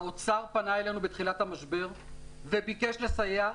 האוצר פנה אלינו בתחילת המשבר וביקש לסייע,